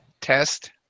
test